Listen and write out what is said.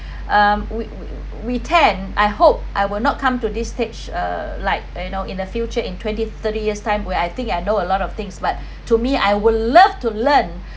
um we we tend I hope I will not come to this stage uh like you know in the future in twenty thirty years time where I think I know a lot of things but to me I will love to learn